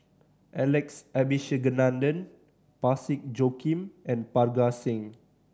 Alex Abisheganaden Parsick Joaquim and Parga Singh